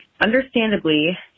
Understandably